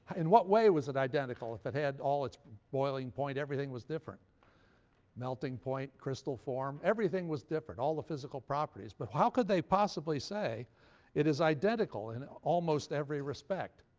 in what way was it identical, if it had all its boiling point, everything was different melting point, crystal form, everything was different, all the physical properties. but how could they possibly say it is identical in almost every respect?